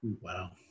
Wow